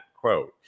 quote